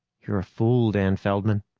you're a fool, dan feldman,